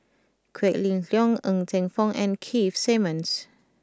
Quek Ling Kiong Ng Teng Fong and Keith Simmons